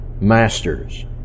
masters